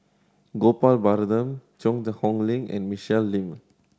Gopal Baratham Cheang Hong Lim and Michelle Lim